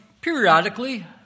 periodically